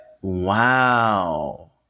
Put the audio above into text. wow